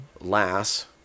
Lass